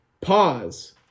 Pause